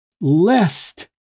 lest